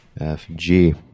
F-G